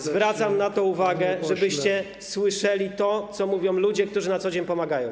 Zwracam na to uwagę, żebyście słyszeli to, co mówią ludzie, którzy na co dzień pomagają.